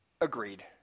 agreed